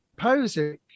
posing